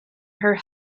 her